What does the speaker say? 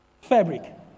fabric